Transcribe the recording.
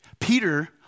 Peter